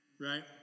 Right